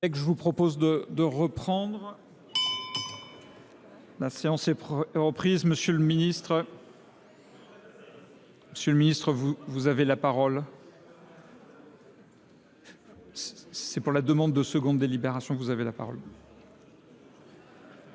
Je vous propose de reprendre. La séance est reprise. Monsieur le Ministre, vous avez la parole. C'est pour la demande de seconde délibération que vous avez la parole. Merci